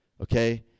okay